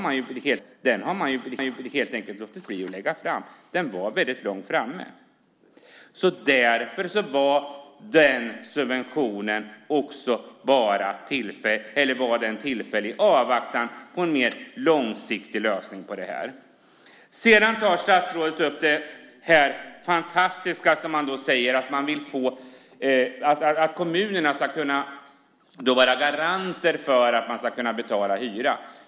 Man har helt enkelt låtit bli att lägga fram den. Den var väldigt långt framme. Därför var den subventionen också tillfällig, i avvaktan på en mer långsiktig lösning på det här. Sedan tar statsrådet upp det här fantastiska att kommunerna ska kunna vara garanter för att man ska kunna betala hyra.